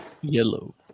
Yellow